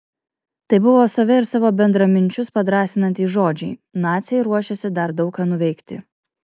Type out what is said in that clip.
tai buvo save ir savo bendraminčius padrąsinantys žodžiai naciai ruošėsi dar daug ką nuveikti